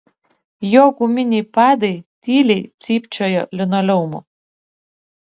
jo guminiai padai tyliai cypčiojo linoleumu